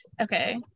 okay